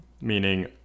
meaning